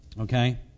Okay